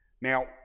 Now